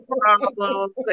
problems